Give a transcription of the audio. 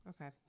Okay